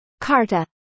Carta